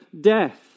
death